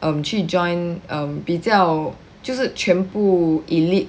um 去 join um 比较就是全部 elite